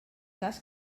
cas